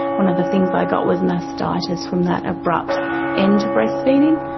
one of the things i got was mastitis from that abrupt end to breastfeeding.